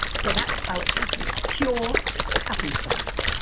so that's how it happened pure happenstance!